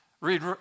Read